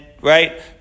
right